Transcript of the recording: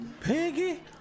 Peggy